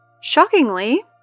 Shockingly